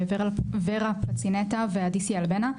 ורה פצינטה ואדיסיאל בנה.